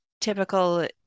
typical